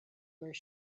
where